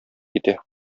китә